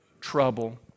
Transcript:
trouble